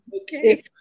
Okay